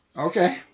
Okay